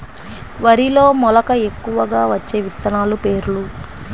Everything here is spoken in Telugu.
వరిలో మెలక ఎక్కువగా వచ్చే విత్తనాలు పేర్లు?